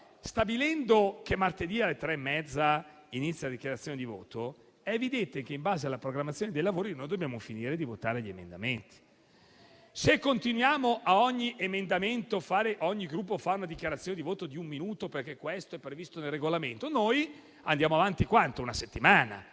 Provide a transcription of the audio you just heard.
stabilendo che martedì alle 15,30 inizieranno le dichiarazioni di voto, è evidente che, in base alla programmazione dei lavori, noi dobbiamo finire di votare gli emendamenti. Se ogni Gruppo continua, ad ogni emendamento, a fare una dichiarazione di voto di un minuto, perché questo è previsto dal Regolamento, noi andremo avanti una settimana.